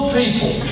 people